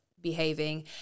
behaving